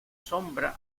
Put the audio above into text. sombra